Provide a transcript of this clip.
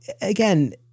again